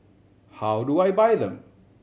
how do I buy them